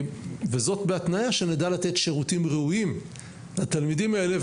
וזאת בהתניה שנדע לתת שירותים ראויים לתלמידים האלה,